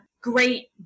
great